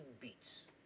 beats